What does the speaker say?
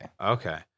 Okay